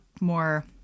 more